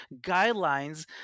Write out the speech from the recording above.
guidelines